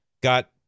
got